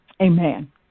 Amen